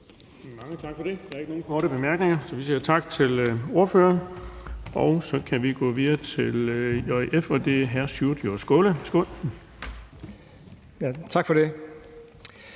tak for det.